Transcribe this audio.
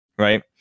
Right